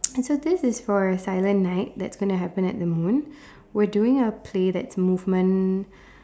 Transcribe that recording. and so this is for silent night that's gonna happen at The Moon we're doing a play that's movement